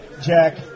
Jack